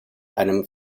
einem